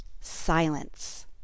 silence